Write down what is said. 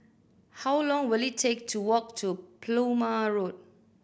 how long will it take to walk to Plumer Road